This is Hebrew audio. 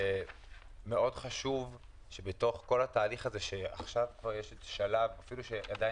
מאוד חשוב שבתוך כל התהליך הזה שאפילו שאין